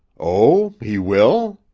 oh, he will?